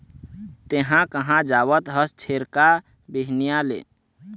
तेंहा कहाँ जावत हस छेरका, बिहनिया ले?